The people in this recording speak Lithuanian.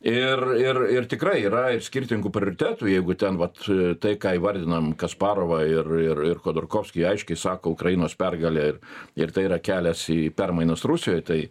ir ir ir tikrai yra ir skirtingų prioritetų jeigu ten vat tai ką įvardinom kasparovą ir ir ir chodorkovskį aiškiai sako ukrainos pergalė ir ir tai yra kelias į permainas rusijoj tai